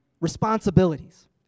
responsibilities